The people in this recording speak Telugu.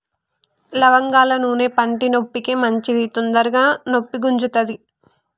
లవంగాల నూనె పంటి నొప్పికి మంచిది తొందరగ నొప్పి గుంజుతది